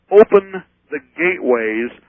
open-the-gateways